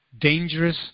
dangerous